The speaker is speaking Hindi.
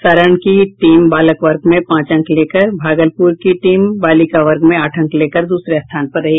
सारण की टीम बालक वर्ग में पांच अंक लेकर और भागलपुर की टीम बालिका वर्ग में आठ अंक लेकर दूसरे स्थान पर रही